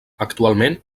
actualment